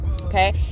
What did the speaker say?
Okay